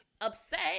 upset